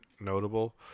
notable